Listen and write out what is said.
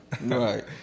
right